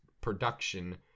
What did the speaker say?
production